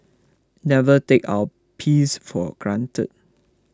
never take our peace for granted